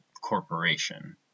corporation